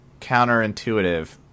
counterintuitive